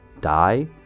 die